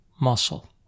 muscle